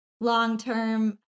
long-term